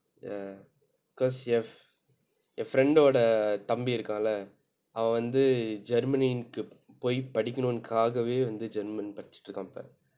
ya because you have என்:en friend வோட தம்பி இருக்கான்லே அவன் வந்து:voda thambi irukkaanle avan vanthu germany க்கு போய் படிக்கணும்காகவே வந்து:kku poi padikkanumkaakave vanthu german படித்துட்டிருக்கிறான் இப்ப:padithuttirukkiraan ippa